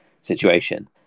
situation